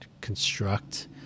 construct